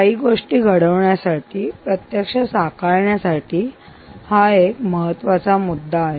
काही गोष्टी घडवण्यासाठी प्रत्यक्ष कळण्यासाठी हा एक महत्त्वाचा मुद्दा आहे